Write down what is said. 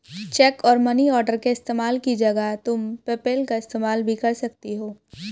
check और money order के इस्तेमाल की जगह तुम पेपैल का इस्तेमाल भी कर सकती हो